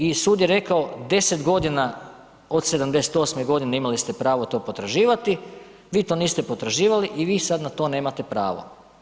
I sud je rekao 10 g. od '78. imali ste pravo to potraživati, vi to niste potraživali i vi sad na to nemate pravo.